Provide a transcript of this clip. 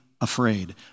afraid